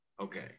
Okay